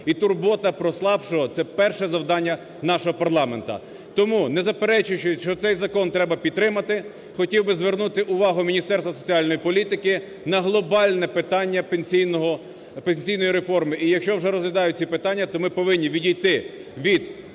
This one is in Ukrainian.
і турбота про слабшого – це перше завдання нашого парламенту. Тому не заперечуючи, що цей закон треба підтримати. Хотів би звернути увагу Міністерства соціальної політики на глобальне питання пенсійної реформи. І, якщо вже розглядають ці питання, то ми повинні відійти від